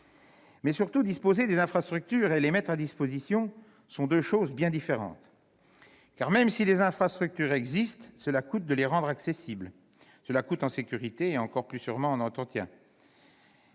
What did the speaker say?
Surtout, disposer des infrastructures et les mettre à disposition sont deux choses bien différentes ! En effet, même si les infrastructures existent, cela coûte de les rendre accessibles, en termes d'exigences de sécurité et, encore plus sûrement, d'entretien.